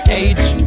age